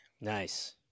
Nice